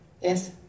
Yes